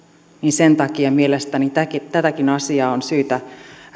mielestäni tätäkin tätäkin asiaa on syytä